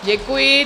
Děkuji.